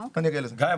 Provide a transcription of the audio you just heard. גיא,